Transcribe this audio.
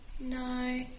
No